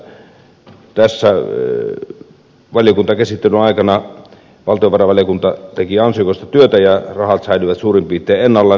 onneksi tässä valiokuntakäsittelyn aikana valtiovarainvaliokunta teki ansiokasta työtä ja rahat säilyivät suurin piirtein ennallaan